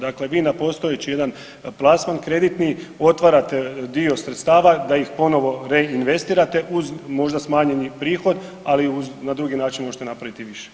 Dakle, vi na postojeći jedan plasman kreditni otvarate dio sredstava da ih ponovno reinvestirate uz možda smanjeni prihod, ali na drugi način možete napraviti i više.